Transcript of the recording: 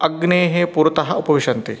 अग्नेः पुरतः उपविशन्ति